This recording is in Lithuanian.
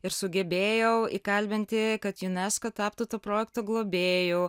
ir sugebėjau įkalbinti kad unesco taptų to projekto globėju